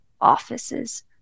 offices